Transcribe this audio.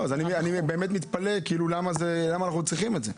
לכן אני מתפלא למה אנחנו צריכים את זה.